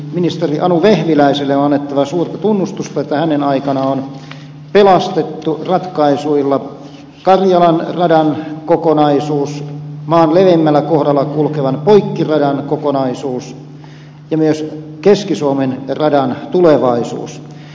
ministeri anu vehviläiselle on annettava suurta tunnustusta että hänen aikanaan on pelastettu ratkaisuilla karjalan radan kokonaisuus maan leveimmällä kohdalla kulkevan poikkiradan kokonaisuus ja myös keski suomen radan tulevaisuus